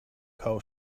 how